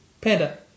Panda